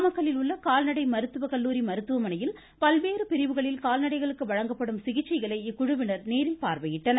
நாமக்கல்லில் உள்ள கால்நடை மருத்துவ கல்லூரி மருத்துவமனையில் பல்வேறு பிரிவுகளில் கால்நடைகளுக்கு வழங்கப்படும் சிகிச்சைகளை இக்குழுவினர் நேரில் பார்வையிட்டனர்